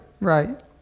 Right